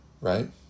Right